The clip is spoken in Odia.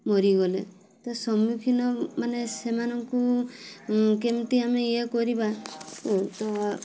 ମରିଗଲେ ତ ସମ୍ମୁଖୀନ ମାନେ ସେମାନଙ୍କୁ କେମିତି ଆମେ ଇଏ କରିବା ତ